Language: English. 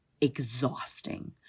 exhausting